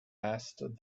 asked